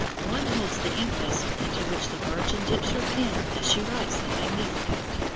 one holds the ink vessel into which the virgin dips her pen as she writes the magnificat,